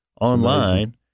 online